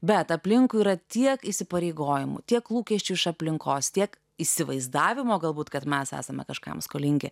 bet aplinkui yra tiek įsipareigojimų tiek lūkesčių iš aplinkos tiek įsivaizdavimo galbūt kad mes esame kažkam skolingi